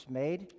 made